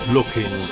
Looking